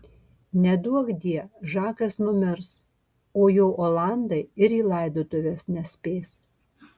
neduokdie žakas numirs o jo olandai ir į laidotuves nespės